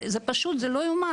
זה פשוט זה לא יאומן.